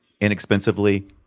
inexpensively